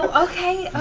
ah okay.